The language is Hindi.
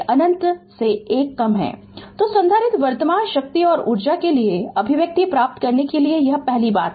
Refer Slide Time 0122 तो संधारित्र वर्तमान शक्ति और ऊर्जा के लिए अभिव्यक्ति प्राप्त करने के लिए यह पहली बात है